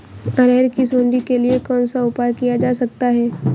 अरहर की सुंडी के लिए कौन सा उपाय किया जा सकता है?